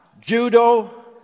judo